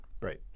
Right